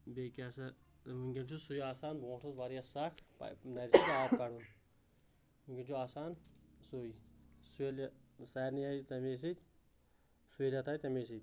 تہٕ بیٚیہِ کیٛاہ سا ٲں وُنٛکیٚن چھُ سُے آسان بونٛٹھ اوس واریاہ سکھ نرِ سۭتۍ آب کڑُن وُنٛکیٚن چھُ آسان سُے سُہ ییٚلہِ سارنٕے آیہِ تَمے سۭتۍ سہوٗلیت آیہِ تَمے سۭتۍ